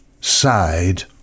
side